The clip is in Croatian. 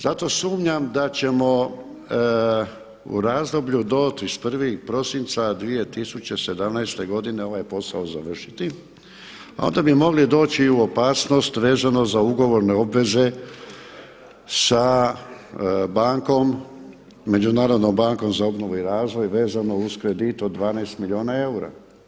Zato sumnjam da ćemo u razdoblju do 31. prosinca 2017. godine ovaj posao završiti, a onda bi mogli doći i u opasnost vezano za ugovorne obveze sa bankom, Međunarodnom bankom za obnovu i razvoj vezano uz kredit od 12 milijuna eura.